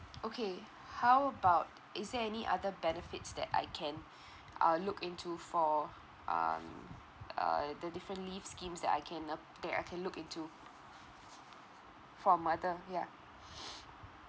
okay how about is there any other benefits that I can uh look into for um uh the different leave schemes that I can ap~ that I can look into for mother yeah